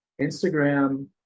instagram